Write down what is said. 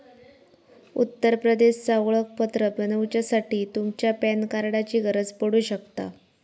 उत्तर प्रदेशचा ओळखपत्र बनवच्यासाठी तुमच्या पॅन कार्डाची गरज पडू शकता